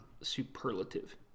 superlative